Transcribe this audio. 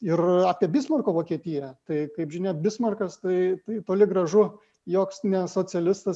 ir apie bismarko vokietiją tai kaip žinia bismarkas tai toli gražu joks ne socialistas